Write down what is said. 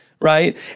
right